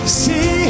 see